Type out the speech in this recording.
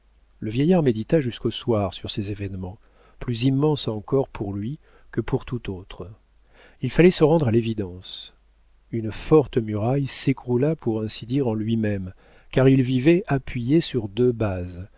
le vieillard médita jusqu'au soir sur ces événements plus immenses encore pour lui que pour tout autre il fallait se rendre à l'évidence une forte muraille s'écroula pour ainsi dire en lui-même car il vivait appuyé sur deux bases